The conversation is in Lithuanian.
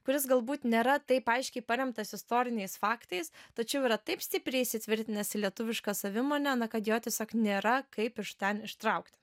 kuris galbūt nėra taip aiškiai paremtas istoriniais faktais tačiau yra taip stipriai įsitvirtinęs į lietuvišką savimonę kad jo tiesiog nėra kaip iš ten ištraukti